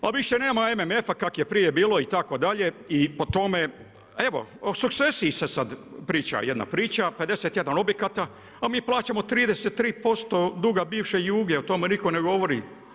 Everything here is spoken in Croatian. Pa više nema MMF-a kak je prije bilo itd. i po tome, evo o secesiji se sad priča, jedna priča, 51 objekata, a mi plaćamo 33% duga bivše Juge i o tome nitko ne govori.